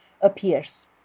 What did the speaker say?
appears